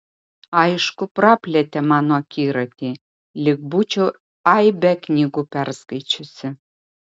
aišku praplėtė mano akiratį lyg būčiau aibę knygų perskaičiusi